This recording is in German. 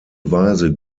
weise